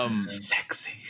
Sexy